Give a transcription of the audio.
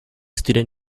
student